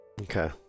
Okay